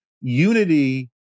Unity